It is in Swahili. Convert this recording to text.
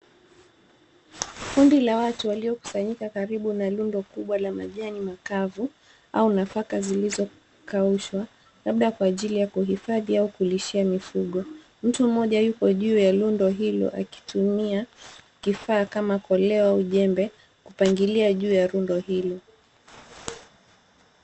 Kundi la watu waliokusanyika karibu na lundo kubwa la majani makavu au nafaka zilizo kaushwa, labda kwa ajili ya kuhifadhi au kulishia mifugo. Mtu mmoja yupo juu ya lundo hilo akitumia kifaa kama koleo au jembe kupangilia juu ya lundo hilo.